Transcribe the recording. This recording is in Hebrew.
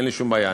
אין לי שום בעיה.